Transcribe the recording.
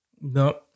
No